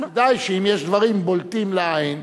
אבל כדאי שאם יש דברים בולטים לעין,